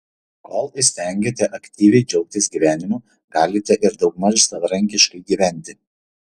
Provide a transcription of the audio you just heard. kol įstengiate aktyviai džiaugtis gyvenimu galite ir daugmaž savarankiškai gyventi